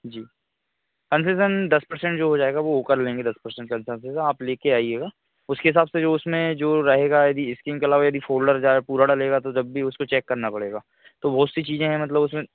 जी कम से कम दस परसेन्ट जो हो जाएगा वह कर लेंगे दस परसेन्ट आप लेकर आएगा उसके हिसाब से जो उसमें जो रहेगा यदि इस्कीन के अलावा यदि फ़ोल्डर जाए पूरा डलेगा तो जब भी उसको चेक करना पड़ेगा तो बहुत सी चीज़ें हैं मतलब उसमें